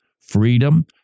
freedom